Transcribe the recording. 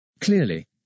Clearly